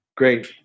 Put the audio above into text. Great